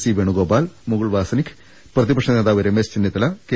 C Venu Gopal മുകുൾവാസ്നിക് പ്രതിപക്ഷ നേതാവ് Ramesh ചെന്നി ത്തല K